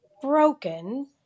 broken